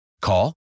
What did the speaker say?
Call